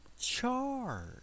charge